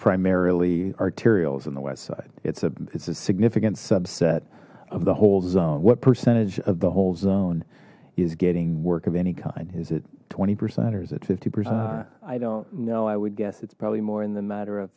primarily arterials on the west side it's a it's a significant subset of the whole zone what percentage of the whole zone is getting work of any kind is it twenty percenters at fifty percent i don't know i would guess it's probably more in the matter of